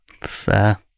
Fair